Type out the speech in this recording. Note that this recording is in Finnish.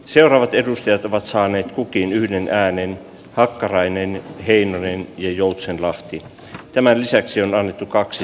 seuraavat edustajat ovat saaneet kukin yhden äänen hakkarainen heinonen joutsenlahti tämän lisäksi on annettu kaksi